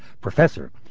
Professor